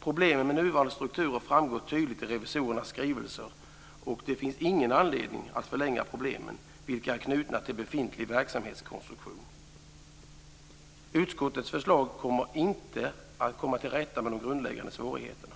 Problemen med nuvarande strukturer framgår tydligt i revisorernas skrivelse, och det finns ingen anledning att förlänga problemen, vilka är knutna till befintlig verksamhetskonstruktion. Utskottets förslag kommer inte att rätta till de grundläggande svårigheterna.